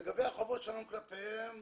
לגבי החובות שלנו כלפיהם,